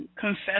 Confess